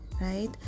right